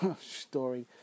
story